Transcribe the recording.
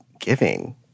giving